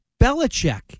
Belichick